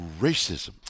racism